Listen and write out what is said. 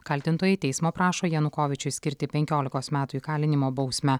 kaltintojai teismo prašo janukovyčiui skirti penkiolikos metų įkalinimo bausmę